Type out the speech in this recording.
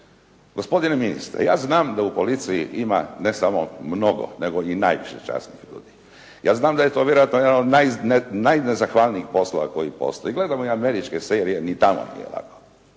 Gospodine ministre ja znam da u policiji ima ne samo mnogo, nego i najviše časnih ljudi. Ja znam da je to vjerojatno jedan od najnezahvalnijih poslova koje postoje. Gledamo i američke serije, ni tamo nije lako.